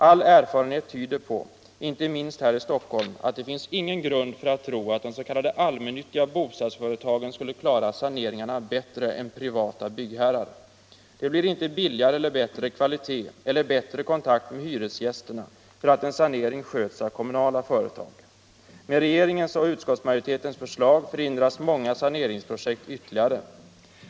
All erfarenhet tyder på, inte minst här i Stockholm, att det inte finns någon grund för att tro att de s.k. allmännyttiga bostadsföretagen skulle klara saneringarna bättre än privata byggherrar. Det blir inte billigare eller bättre kvalitet eller bättre kontakt med hyresgästerna för att en sanering sköts av kommunala företag. Med regeringens och utskottsmajoritetens förslag förhindras många saneringsprojekt ytterligare.